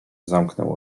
zamknął